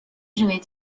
jouait